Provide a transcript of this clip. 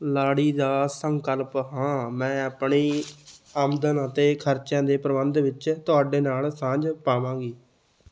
ਲਾੜੀ ਦਾ ਸੰਕਲਪ ਹਾਂ ਮੈਂ ਆਪਣੀ ਆਮਦਨ ਅਤੇ ਖ਼ਰਚਿਆਂ ਦੇ ਪ੍ਰਬੰਧ ਵਿੱਚ ਤੁਹਾਡੇ ਨਾਲ ਸਾਂਝ ਪਾਵਾਂਗੀ